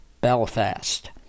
Belfast